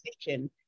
position